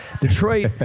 Detroit